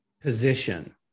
position